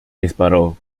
disparó